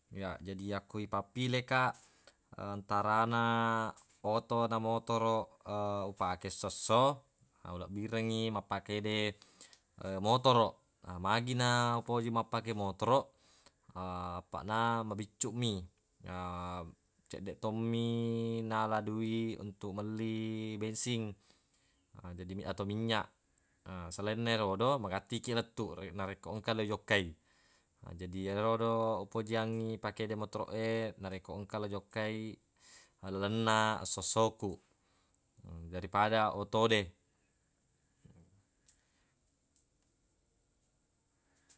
Ya jadi yakku ipappile kaq antarana oto na motoroq upake essosso ulebbirengngi mappakede motoroq. Magi na upoji mappake motoroq, apaqna mabiccuq mi na ceddeq tommi nala dui untuq melli bensing na jadi atau minynyaq. Ha selainna erodo magatti kiq lettuq re- narekko engka lo ijokkai, na jadi yero do upojiangngi pakede motoroq e narekko engka le jokkai lalenna essosso ku daripada otode.